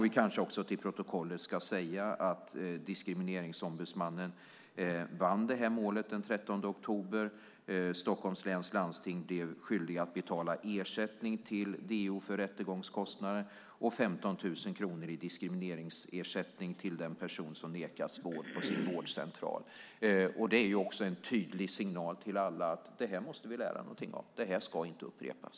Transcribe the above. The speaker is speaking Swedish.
Vi kanske också ska säga för protokollets skull att Diskrimineringsombudsmannen vann det här målet den 13 oktober. Stockholms läns landsting blev skyldigt att betala ersättning till DO för rättegångskostnaderna och 15 000 kronor i diskrimineringsersättning till den person som nekats vård på sin vårdcentral. Det är en tydlig signal till alla att vi måste lära någonting av detta. Det här ska inte upprepas.